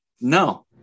No